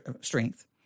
strength